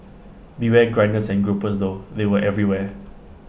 beware grinders and gropers though they were everywhere